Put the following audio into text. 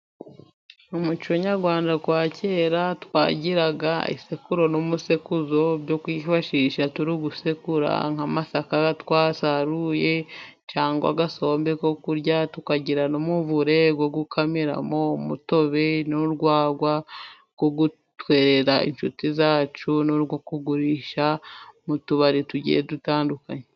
Umuco nyarwanda wa kera twagiraga isekuru n'umusekuruzo byo kwifashisha turi gusekura nk'amasaka twasaruye cyangwa agasombe ko kurya, tukagira n'umuvure wo gukamiramo umutobe n'urwagwa rwo gutwerera inshuti zacu, n'urwo kugurisha mu tubari tugiye dutandukanye.